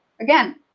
again